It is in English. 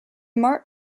mark